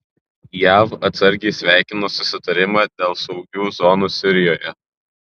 jav atsargiai sveikina susitarimą dėl saugių zonų sirijoje